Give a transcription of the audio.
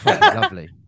lovely